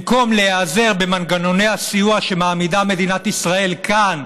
במקום להיעזר במנגנוני הסיוע שמעמידה מדינת ישראל כאן,